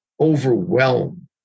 overwhelmed